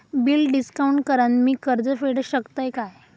Bill discount करान मी कर्ज फेडा शकताय काय?